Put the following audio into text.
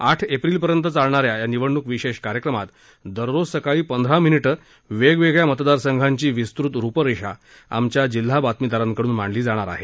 आठ एप्रिलपर्यंत चालणा या या निवडणुक विशेष कार्यक्रमात दररोज सकाळी पंधरा मिनिटं वेगवेगळ्या मतदार संघाची विस्तृत रुपरेषा आमच्या जिल्हा बातमीदारांकडून मांडली जाणार आहे